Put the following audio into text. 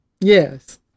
Yes